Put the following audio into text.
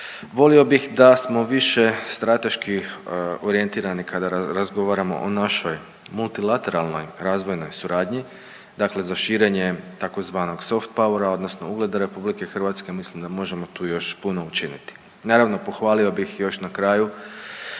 Volio bih da smo više strateški orijentirani kada razgovaramo o našoj multilateralnoj razvojnoj suradnji, dakle za širenje tzv. soft powera odnosno ugleda RH. Mislim da možemo tu još puno učiniti. Naravno pohvalio bih još na kraju